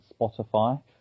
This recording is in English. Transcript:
Spotify